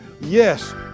Yes